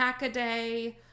Hackaday